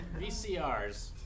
VCRs